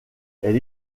elle